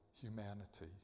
humanity